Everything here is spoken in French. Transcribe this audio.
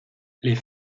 les